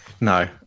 No